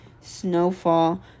snowfall